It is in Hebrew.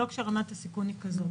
לא כשרמת הסיכון היא כזאת.